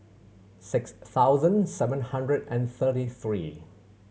six thousand seven hundred and thirty three